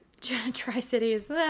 Tri-Cities